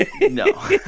No